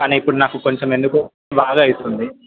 కానీ ఇప్పుడు నాకు కొంచెం ఎందుకో బాగవుతుంది